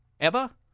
Eva